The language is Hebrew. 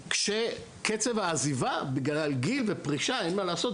כשקצב העזיבה בגלל הגיל והפרישה אין מה לעשות,